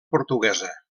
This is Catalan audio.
portuguesa